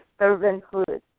servanthood